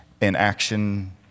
inaction